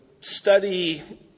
study